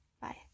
Bye